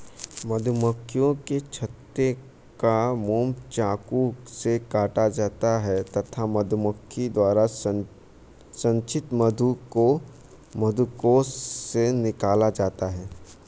मधुमक्खियों के छत्ते का मोम चाकू से काटा जाता है तथा मधुमक्खी द्वारा संचित मधु को मधुकोश से निकाला जाता है